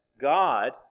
God